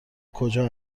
کجا